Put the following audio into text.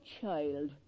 child